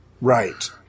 Right